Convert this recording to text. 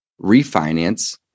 refinance